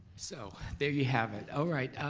so, there you have it. all right,